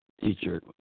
teacher